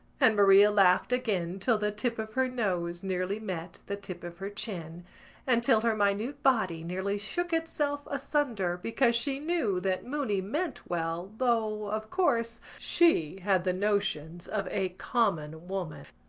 and maria laughed again till the tip of her nose nearly met the tip of her chin and till her minute body nearly shook itself asunder because she knew that mooney meant well though, of course, she had the notions of a common woman.